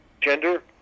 gender